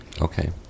Okay